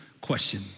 question